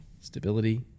stability